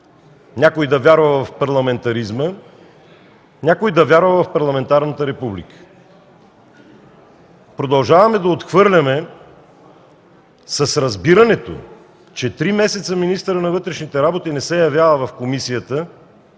някой да вярва в парламентаризма, някой да вярва в парламентарната република. Продължаваме да отхвърляме с разбирането, че три месеца министърът на вътрешните работи не се явява в комисията